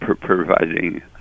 providing